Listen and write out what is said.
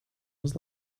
was